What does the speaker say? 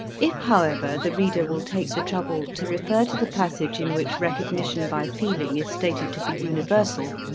if however the reader will take the trouble to refer to the passage in which recognition by feeling is stated to be universal,